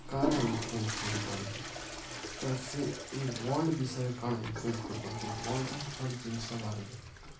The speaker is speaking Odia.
କାଣା ଇନଫ୍ଲୁଏନ୍ସ କରିପାରୁଚେ ତ ସେ ଇ ୱାର୍ଲ୍ଡ ବିଷୟରେ କାଣା ଇନଫ୍ଲୁଏନ୍ସ କରିପାରୁଚେ ୱାର୍ଲ୍ଡର ହର୍ ଜିନିଷ ବାରେରେ